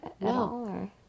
no